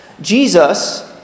Jesus